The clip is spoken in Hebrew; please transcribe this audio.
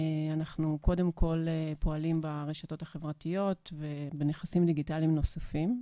אנחנו קודם כל פועלים ברשתות החברתיות ובנכסים דיגיטליים נוספים,